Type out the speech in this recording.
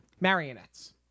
Marionettes